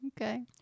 Okay